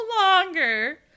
longer